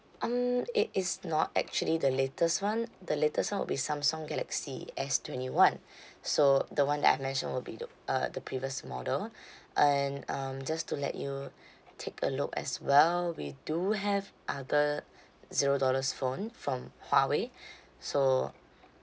um it is not actually the latest one the latest one will be samsung galaxy S twenty one so the one that I've mentioned will be the uh the previous model and um just to let you take a look as well we do have other zero dollars phone from huawei so